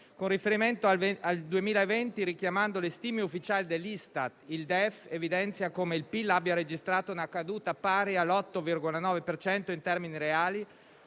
Con riferimento al 2020, richiamando le stime ufficiali dell'Istat, il DEF evidenzia come il PIL abbia registrato una caduta pari all'8,9 per cento in termini reali,